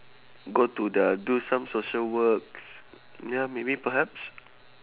go to the do some social work ya maybe perhaps